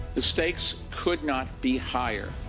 the stakes could not be higher.